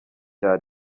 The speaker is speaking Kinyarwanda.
cya